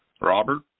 Robert